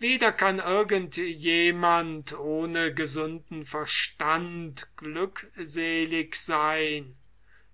weder kann irgend jemand ohne gesunden verstand glückselig sein